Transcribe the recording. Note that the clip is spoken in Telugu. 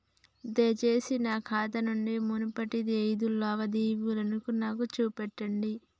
దయచేసి నా ఖాతా నుంచి మునుపటి ఐదు లావాదేవీలను నాకు చూపెట్టండి